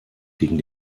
gegen